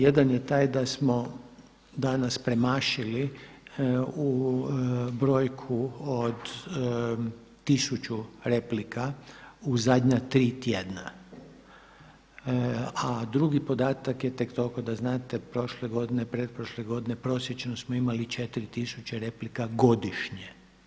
Jedan je taj da smo danas premašili u brojku od tisuću replika u zadnja tri tjedna, a drugi podatak tek toliko da znate, prošle godine, pretprošle godine prosječno smo imali četiri tisuće replika godišnje.